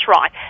right